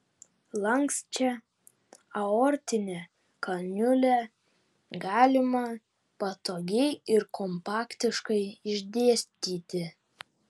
lanksčią aortinę kaniulę galima patogiai ir kompaktiškai išdėstyti